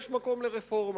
יש מקום לרפורמה.